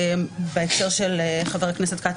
בהקשר של חה"כ כץ,